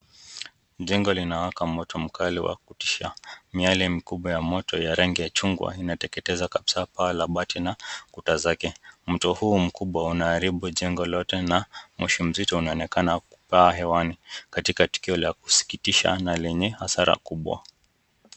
Jengo linawaka moto mkali wa kutisha. Miale mikubwa ya moto ya rangi ya chungwa inateketeza kabisa paa la bati na kuta zake. Mto huu mkubwa unaharibu jengo lote na moshi mzito unaonekana kupaa hewani katika tukio la kusikitisha na lenye hasara kubwa.